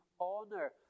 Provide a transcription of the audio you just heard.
honor